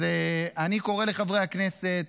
אני קורא לחברי הכנסת,